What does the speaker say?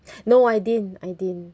no I didn't I didn't